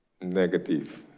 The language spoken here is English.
negative